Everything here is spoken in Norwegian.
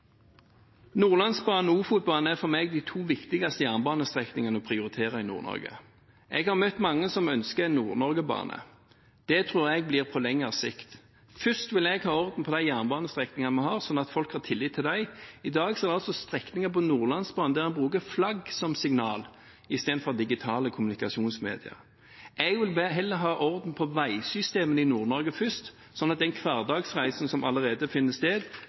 Nordlandsbanen og Ofotbanen er for meg de to viktigste jernbanestrekningene å prioritere i Nord-Norge. Jeg har møtt mange som ønsker en Nord-Norgebane. Det tror jeg blir på lengre sikt. Først vil jeg ha orden på de jernbanestrekningene vi har, sånn at folk får tillit til dem. I dag er det altså strekninger på Nordlandsbanen der en bruker flagg som signal i stedet for digitale kommunikasjonsmedier. Jeg vil heller ha orden på veisystemene i Nord-Norge først, sånn at den hverdagsreisen som allerede finner sted,